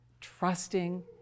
trusting